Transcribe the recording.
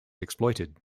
exploited